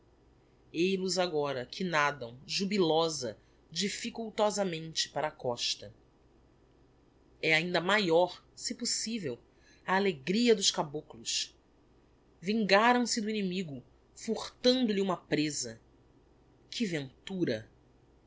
rapaz eil os agora que nadam jubilosa difficultosamente para a costa é ainda maior se possivel a alegria dos caboclos vingaram se do inimigo furtando lhe uma prêza que ventura